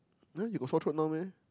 then you got sore throat now meh